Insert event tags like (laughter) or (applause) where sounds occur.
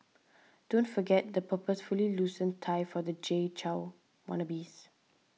(noise) don't forget the purposefully loosened tie for the Jay Chou wannabes